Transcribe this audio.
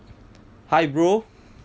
hi bro